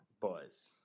Boys